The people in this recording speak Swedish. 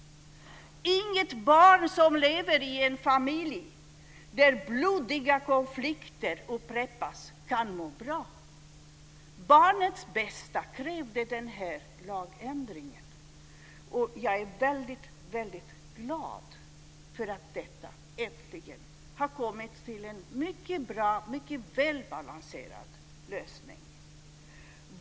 Inget barn som lever i en familj där blodiga konflikter upprepas kan må bra. Barnets bästa krävde denna lagändring. Och jag är väldigt glad för att detta äntligen har kommit till en mycket bra och välbalanserad lösning.